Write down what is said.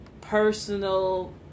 personal